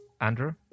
Andrew